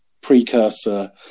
precursor